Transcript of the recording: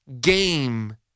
game